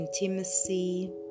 intimacy